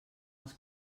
els